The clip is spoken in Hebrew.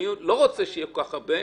אני לא רוצה שיהיו כל כך הרבה.